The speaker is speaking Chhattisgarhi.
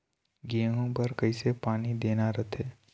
गेहूं बर कइसे पानी देना रथे?